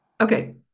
okay